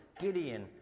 Gideon